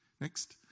Next